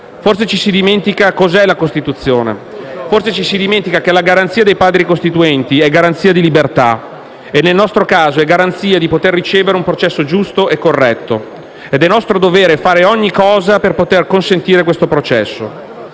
Forse ci si dimentica cos'è la Costituzione, forse ci si dimentica che la garanzia dei Padri costituenti è garanzia di libertà e nel nostro caso è garanzia di poter ricevere un processo giusto e corretto ed è nostro dovere fare ogni cosa per poter consentire questo processo.